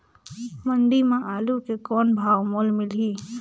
मंडी म आलू के कौन भाव मोल मिलही?